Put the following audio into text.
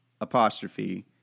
apostrophe